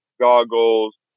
goggles